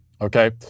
Okay